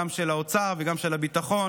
גם של האוצר וגם של הביטחון,